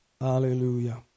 Hallelujah